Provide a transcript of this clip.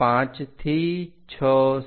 125 થી 678